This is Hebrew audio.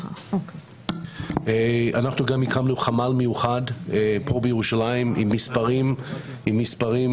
הקמנו חמ"ל מיוחד בירושלים עם מספרים